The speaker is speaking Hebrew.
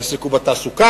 העסק הוא בתעסוקה,